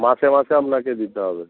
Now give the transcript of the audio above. মাসে মাসে আপনাকে দিতে হবে